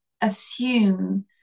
assume